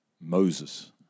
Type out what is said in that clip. Moses